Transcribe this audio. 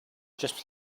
just